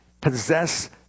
possess